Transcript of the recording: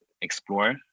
explore